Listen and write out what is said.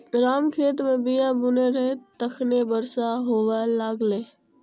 राम खेत मे बीया बुनै रहै, तखने बरसा हुअय लागलै